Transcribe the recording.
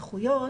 נכויות"